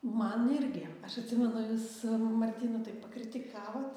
man irgi aš atsimenu jūs martynu taip pakritikavot